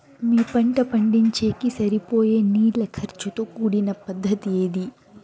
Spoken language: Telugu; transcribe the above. మీ పంట పండించేకి సరిపోయే నీళ్ల ఖర్చు తో కూడిన పద్ధతి ఏది?